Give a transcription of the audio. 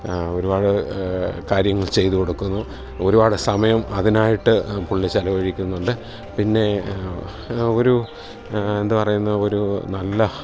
ഒരുപാട് കാര്യങ്ങൾ ചെയ്തു കൊടുക്കുന്നു ഒരുപാട് സമയം അതിനായിട്ട് പുള്ളി ചിലവഴിക്കുന്നുണ്ട് പിന്നെ ഒരു എന്ത് പറയുന്നത് ഒരു നല്ല